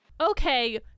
okay